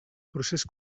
procés